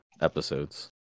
episodes